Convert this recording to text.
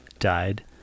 died